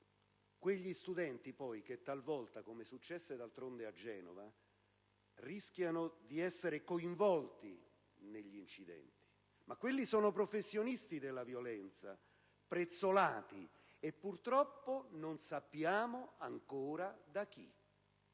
quegli studenti poi che talvolta, come accadde d'altronde a Genova, rischiano di essere coinvolti negli incidenti. Si tratta di professionisti della violenza prezzolati, e purtroppo non sappiamo ancora da chi: